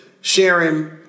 sharing